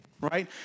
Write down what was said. Right